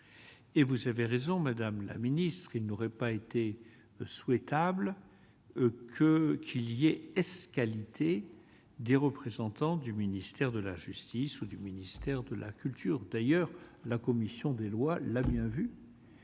Et vous savez raison madame la ministre, il n'aurait pas été souhaitable que qui liait ès qualité des représentants du ministère de la justice ou du ministère de la culture, d'ailleurs, la commission des lois, l'a bien vu